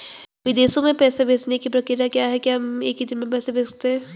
विदेशों में पैसे भेजने की प्रक्रिया क्या है हम एक ही दिन में पैसे भेज सकते हैं?